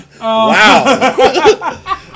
Wow